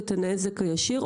הנזק הישיר,